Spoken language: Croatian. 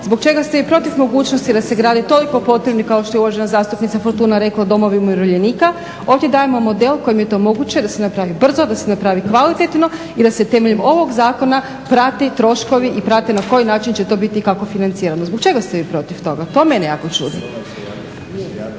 zbog čega ste i protiv mogućnosti da se gradi toliko potrebni, kao što je uvažena zastupnica Fortuna rekla, domovi umirovljenika? Ovdje dajemo model kojim je to moguće, da se napravi brzo, da se napravi kvalitetno i da se temeljem ovog zakona prate troškovi, i prati na koji način će to biti financirano. Zbog čega ste vi protiv toga, to mene jako čudi.